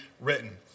written